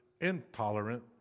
intolerant